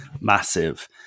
massive